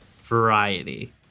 variety